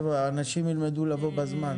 חבר'ה, אנשים ילמדו לבוא בזמן.